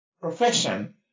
profession